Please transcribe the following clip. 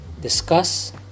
discuss